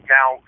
Now